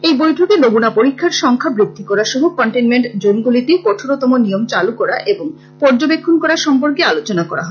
এই বৈঠকে নমুনা পরীক্ষা সংখ্যা বৃদ্ধি করা সহ কনটেনমেন্ট জোনগুলিতে কঠোরতম নিয়ম চালু করা এবং পর্যবেক্ষণ করা সম্পর্কে আলোচনা করা হয়